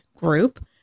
group